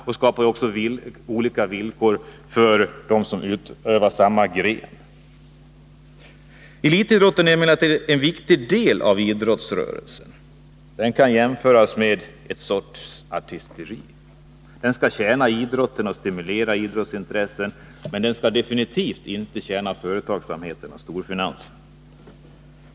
Men också mellan olika utövare inom samma gren kan villkoren bli helt olika. Elitidrott är emellertid en viktig del av idrottsrörelsen. Den kan jämföras med ett slags artisteri. Den skall tjäna idrotten och stimulera idrottsintresset. Men den skall absolut inte tjäna företagsamheten och storfinansen.